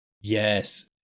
Yes